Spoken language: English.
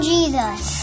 Jesus